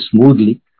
smoothly